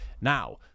now